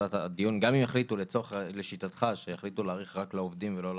גם אם יחליטו לשיטתך להאריך רק לעובדים ולא לעצמאים,